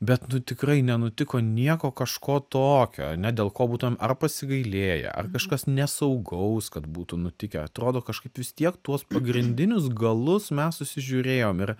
bet nu tikrai nenutiko nieko kažko tokio ane dėl ko būtumėm ar pasigailėję ar kažkas nesaugaus kad būtų nutikę atrodo kažkaip vis tiek tuos pagrindinius galus mes susižiūrėjom ir